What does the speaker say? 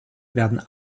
werden